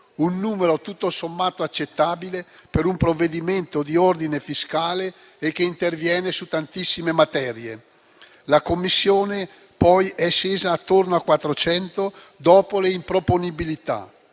un numero tutto sommato accettabile per un provvedimento di ordine fiscale e che interviene su tantissime materie. La Commissione poi è scesa attorno ai 400 dopo le dichiarazioni